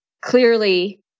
clearly